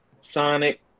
Sonic